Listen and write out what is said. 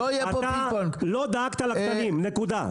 אתה לא דאגת לקטנים, נקודה.